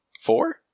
Four